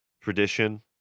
tradition